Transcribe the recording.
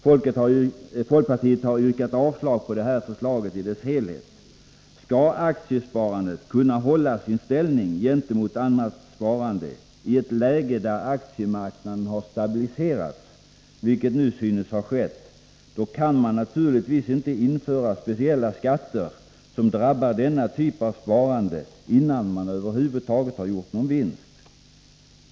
Folkpartiet har yrkat avslag på förslaget i dess helhet. Skall aktiesparandet kunna hålla sin ställning gentemot annat sparande i ett läge där aktiemarknaden har stabiliserats, vilket nu synes ha skett, kan vi naturligtvis inte införa speciella skatter som drabbar denna typ av sparande, innan man över huvud taget har gjort någon vinst.